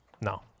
No